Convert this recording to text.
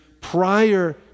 prior